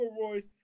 Royce